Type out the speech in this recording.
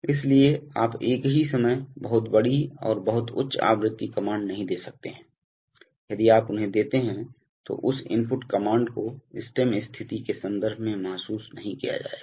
इसलिए आप एक ही समय बहुत बड़ी और बहुत उच्च आवृत्ति कमांड नहीं दे सकते हैं यदि आप उन्हें देते हैं तो उस इनपुट कमांड को स्टेम स्थिति के संदर्भ में महसूस नहीं किया जाएगा